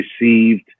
received